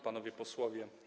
Panowie Posłowie!